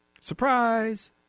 Surprise